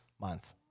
month